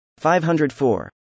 504